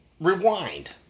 rewind